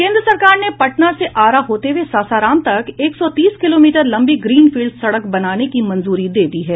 केंद्र सरकार ने पटना से आरा होते हुये सासाराम तक एक सौ तीस किलोमीटर लंबी ग्रीनफील्ड सड़क बनाने की मंजूरी दे दी है